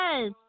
yes